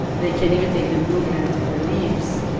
they can imitate the movements of the lips,